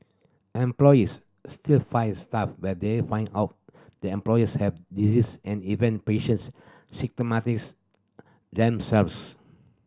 employers still fire staff when they find out the employees have disease and even patients stigmatise themselves